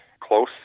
close